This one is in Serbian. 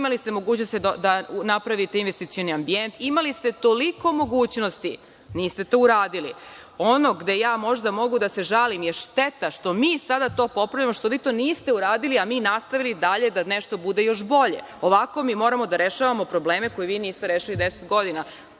Imali ste mogućnosti da napravite investicioni ambijent. Imali ste toliko mogućnosti i niste to uradili. Ono gde ja možda mogu da se žalim je šteta što mi sada to popravljamo što vi niste uradili, a mi nastavili dalje da nešto bude još bolje. Ovako mi moramo da rešavamo probleme koje vi niste rešili deset godina